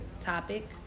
topic